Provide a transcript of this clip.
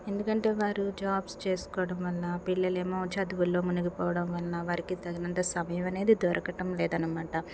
ఎందుకంటే వారు జాబ్స్ చేసుకోవడం వల్ల పిల్లలు ఏమో చదువుల్లో మునిగి పోవడం వలన వారికి తగినంత సమయం అనేది దొరకటం లేదనమాట